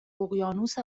اقیانوس